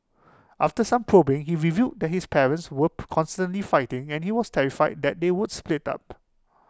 after some probing he revealed that his parents were constantly fighting and he was terrified that they would split up